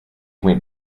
went